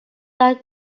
when